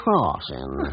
Crossing